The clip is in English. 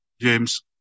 James